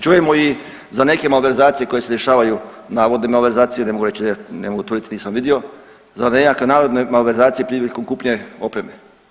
Čujemo i za neke malverzacije koje se dešavaju, navodne malverzacije, ne mogu reći, ne mogu tvrditi, nisam vidio, za nekakve navodne malverzacije prilikom kupnje opreme.